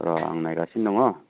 र' आं नायगासिनो दङ